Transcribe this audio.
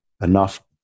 enough